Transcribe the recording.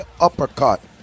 uppercut